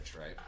right